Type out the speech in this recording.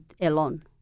alone